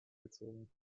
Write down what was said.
gezogen